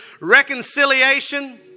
reconciliation